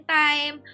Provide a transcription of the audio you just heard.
time